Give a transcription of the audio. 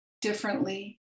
differently